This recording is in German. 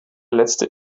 letzte